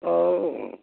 অঁ